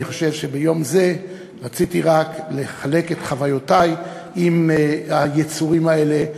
אני חושב שביום זה רציתי רק לחלוק את חוויותי עם היצורים האלה,